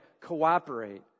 cooperate